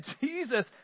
Jesus